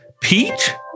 Pete